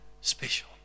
special